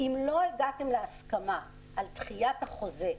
אם לא הגעתם להסכמה על דחיית החוזה,